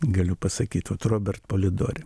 galiu pasakyt vat robert polidori